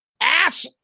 ass